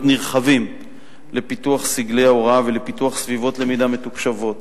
נרחבים לפיתוח סגלי הוראה ולפיתוח סביבות למידה מתוקשבות.